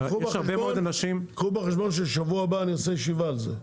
אבל קחו בחשבון ששבוע הבא אני עושה ישיבה על זה.